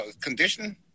condition